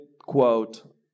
quote